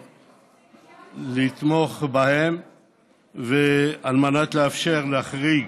לתמוך בהן, כדי לאפשר להחריג